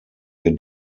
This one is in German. ihr